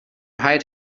height